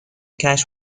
کشف